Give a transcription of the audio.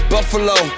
Buffalo